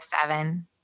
seven